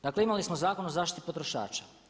Dakle, imali smo Zakon o zaštiti potrošača.